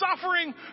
Suffering